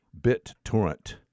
BitTorrent